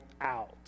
out